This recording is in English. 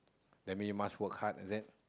that mean you must work hard is it